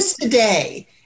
today